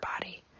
body